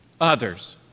others